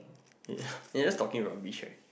okay you just talking about beach